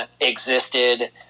existed